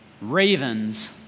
ravens